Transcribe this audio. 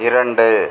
இரண்டு